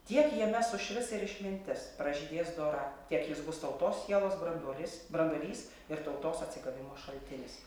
tiek jame sušvis ir išmintis pražydės dora tiek jis bus tautos sielos branduolis branduolys ir tautos atsigavimo šaltinis